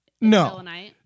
No